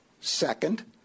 Second